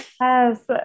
yes